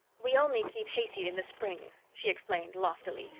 we only keep hayseed in the spring, she explained loftily.